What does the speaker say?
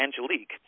Angelique